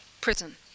prison